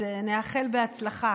אז נאחל הצלחה,